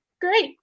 great